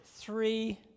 three